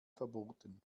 verboten